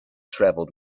travelled